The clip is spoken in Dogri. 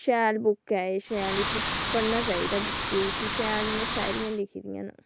शैल बुक ऐ शैल इसी पढनां चाहिदा इसी बुका गी ते इसी शैल शायरी लिखी दी